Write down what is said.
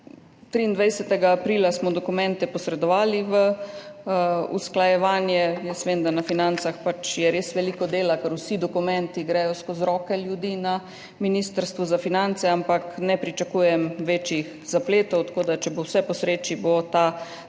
23. aprila smo dokumente posredovali v usklajevanje. Jaz vem, da je na financah pač res veliko dela, ker gredo vsi dokumenti skozi roke ljudi na Ministrstvu za finance, ampak ne pričakujem večjih zapletov, tako da če bo vse po sreči, bo ta